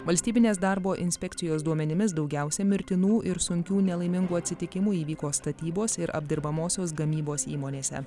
valstybinės darbo inspekcijos duomenimis daugiausia mirtinų ir sunkių nelaimingų atsitikimų įvyko statybos ir apdirbamosios gamybos įmonėse